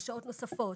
שעות נוספות,